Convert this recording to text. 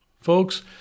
Folks